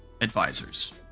advisors